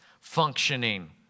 functioning